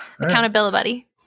Accountability